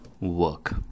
work